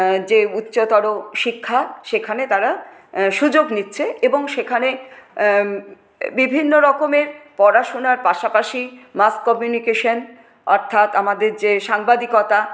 যে উচ্চতর শিক্ষা সেখানে তারা সুযোগ নিচ্ছে এবং সেখানে বিভিন্ন রকমের পড়াশোনার পাশাপাশি মাস কমিউনিকেশন অর্থাৎ আমাদের যে সাংবাদিকতা